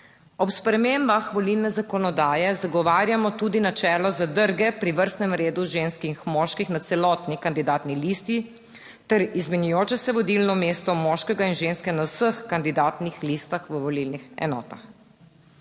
Ob spremembah volilne zakonodaje zagovarjamo tudi načelo zadrge pri vrstnem redu žensk in moških na celotni kandidatni listi ter izmenjujoče se vodilno mesto moškega in ženske na vseh kandidatnih listah v volilnih enotah.